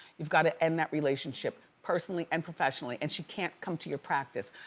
you've got to end that relationship, personally and professionally, and she can't come to your practice.